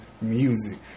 music